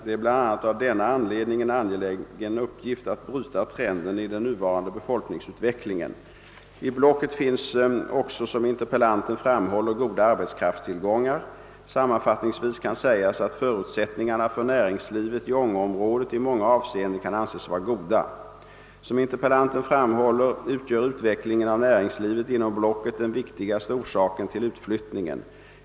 Det är bl.a. av denna anledning en angelägen uppgift att bryta trenden i den nuvarande befolkningsutvecklingen. I blocket finns också, som interpellanten framhåller, goda arbetskraftstillgångar. Sammanfattningsvis kan sägas att förutsättningarna för näringslivet i Ånge-området i många avseenden kan anses vara goda. Som interpellanten framhåller utgör utvecklingen av näringslivet inom blocket den viktigaste orsaken till utflyttningen.